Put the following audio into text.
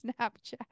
snapchat